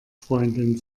freundin